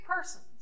persons